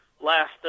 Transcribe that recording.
last